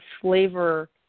flavor